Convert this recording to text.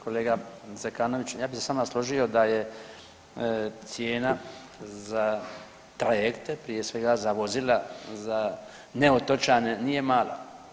Kolega Zekanović, ja bi se s vama složio da je cijena za trajekte prije svega za vozila za ne otočane nije mala.